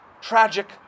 tragic